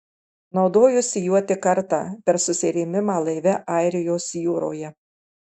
naudojosi juo tik kartą per susirėmimą laive airijos jūroje